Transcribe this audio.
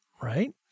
right